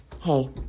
hey